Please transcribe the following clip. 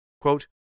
quote